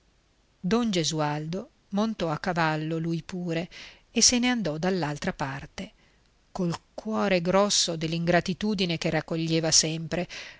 don gesualdo montò a cavallo lui pure e se ne andò dall'altra parte col cuore grosso dell'ingratitudine che raccoglieva sempre